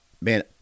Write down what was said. man